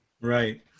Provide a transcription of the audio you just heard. Right